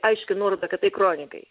aiški nuoroda kad tai kronikai